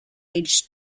aged